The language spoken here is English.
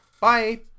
bye